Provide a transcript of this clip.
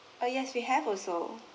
uh yes we have also